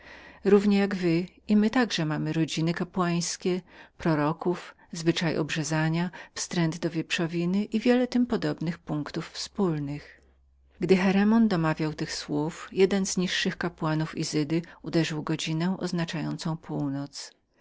równie jak wy my także mamy rodziny kapłańskie proroków zwyczaj obrzezania wstręt do wieprzowiny i wiele tym podobnych punktów wspólnych gdy cheremon domawiał tych słów jeden z kapłanów izydy uderzył godzinę oznaczającą północ